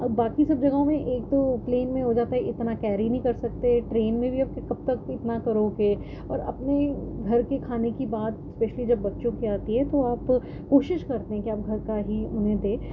اور باقی سب جگہوں میں ایک تو پلین میں ہو جاتا ہے اتنا کیری نہیں کر سکتے ٹرین میں بھی کب تک اتنا کرو گے اور اپنے گھر کے کھانے کی بات اسپیشلی جب بچوں کی آتی ہے تو آپ کوشش کرتے ہیں کہ آپ گھر کا ہی انہیں دے